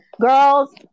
girls